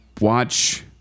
watch